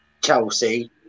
Chelsea